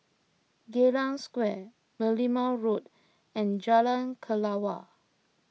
Geylang Square Merlimau Road and Jalan Kelawar